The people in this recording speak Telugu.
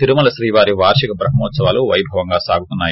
తిరుమల శ్రీవారి వార్షిక ట్రహ్మోత్పవాలు పైభవంగా సాగుతున్నాయి